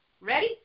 Ready